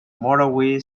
motorway